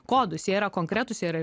kodus jie yra konkretūs jie yra